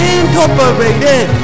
Incorporated